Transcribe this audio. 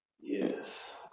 Yes